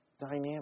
dynamic